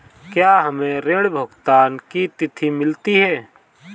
क्या हमें ऋण भुगतान की तिथि मिलती है?